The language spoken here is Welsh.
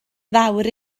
fawr